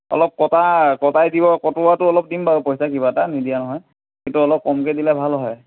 অলপ কটা কটাই দিব কটোৱাটো অলপ দিম বাৰু পইচা কিবা এটা নিদিয়া নহয় সেইটো অলপ কমকে দিলে ভাল হয়